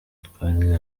twari